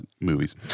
movies